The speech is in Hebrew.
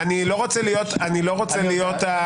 אני לא רוצה להיות הסנגור,